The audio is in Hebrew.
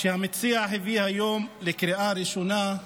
שהמציע הביא היום לקריאה ראשונה,